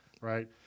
Right